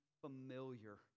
familiar